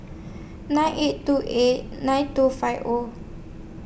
nine eight two eight nine two five O